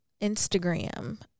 Instagram